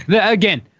Again